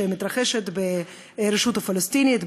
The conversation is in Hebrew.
שמתרחשת ברשות הפלסטינית,